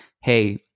Hey